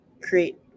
Create